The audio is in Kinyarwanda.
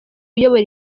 uyobora